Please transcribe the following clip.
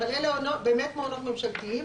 אבל אלה באמת מעונות ממשלתיים.